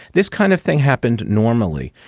this kind of thing happened normally.